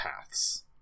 paths